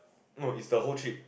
no it's the whole trip